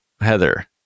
Heather